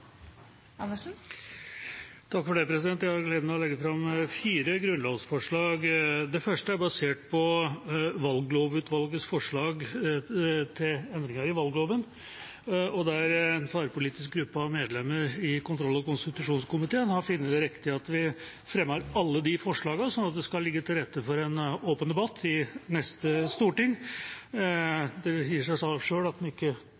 Det første er basert på Valglovutvalgets forslag til endringer i valgloven. Det er en tverrpolitisk gruppe av medlemmer i kontroll- og konstitusjonskomiteen som har funnet det riktig å fremme alle de forslagene, slik at det skal ligge til rette for en åpen debatt i neste storting. Det sier seg selv at en ikke